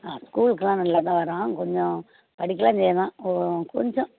ஆ ஸ்கூலுக்கெலாம் நல்லாதான் வரான் கொஞ்சம் படிக்கலாம் செய்கிறான் கொஞ்சம்